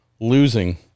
losing